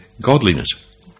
godliness